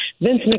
Vince